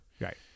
Right